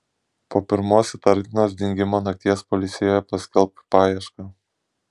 po pirmos įtartinos dingimo nakties policijoje paskelbk paiešką